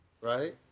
Right